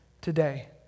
today